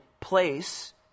place